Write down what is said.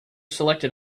selected